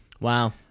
Wow